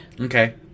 Okay